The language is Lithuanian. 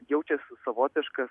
jaučias savotiškas